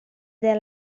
there